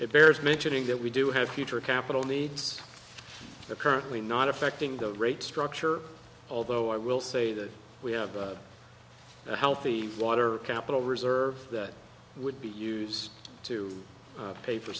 bears mentioning that we do have future capital needs that currently not affecting the rate structure although i will say that we have a healthy water capital reserve that would be used to pay for